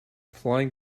flying